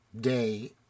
day